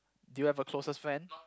do you have a closest friend